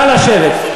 נא לשבת.